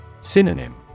Synonym